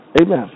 Amen